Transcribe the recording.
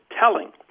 telling